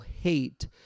hate